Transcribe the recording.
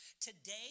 Today